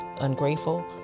ungrateful